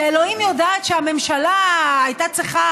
כשאלוהים יודעת שהממשלה הייתה צריכה